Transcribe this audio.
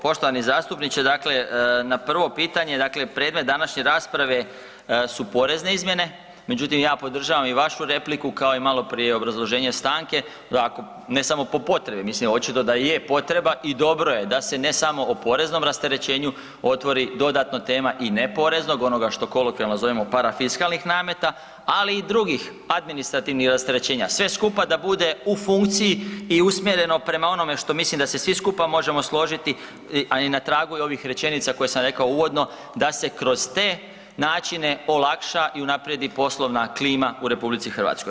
Poštovani zastupniče, dakle na prvo predmet današnje rasprave su porezne izmjene, međutim ja podržavam i vašu repliku kao i maloprije obrazloženje stanke, ne samo po potrebi, mislim očito da je potreba i dobro je da se ne samo o poreznom rasterećenju otvori dodatno teme i neporeznog, onoga što kolokvijalno zovemo parafiskalnih nameta, ali i drugih administrativnih rasterećenja, sve skupa da bude u funkciji i usmjereno prema onome što mislim da se svi skupa možemo složiti, ali i na tragu ovih rečenica koje sam rekao uvodno da se kroz te načine olakša i unaprijedi poslovna klima u RH.